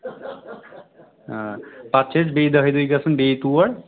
آ پَتہٕ چھِ اَسہِ بیٚیہِ دَہہِ دۄہہِ گژھُن بیٚیہِ تور